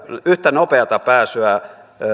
yhtä nopeata pääsyä